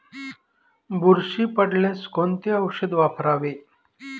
बुरशी पडल्यास कोणते औषध वापरावे?